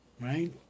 right